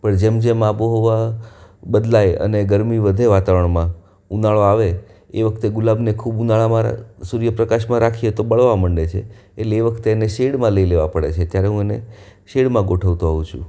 પણ જેમજેમ આબોહવા બદલાય અને ગરમી વધે વાતાવરણમાં ઉનાળો આવે એ વખતે ગુલાબને ખૂબ ઉનાળામાં સુર્ય પ્રકાશમાં રાખીએ તો બળવા મંડે છે એટલે એ વખતે એને શેડમાં લઈ લેવા પડે છે ત્યારે હું એને શેડમાં ગોઠવતો હોઉં છું